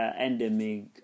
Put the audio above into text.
endemic